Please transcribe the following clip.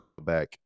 back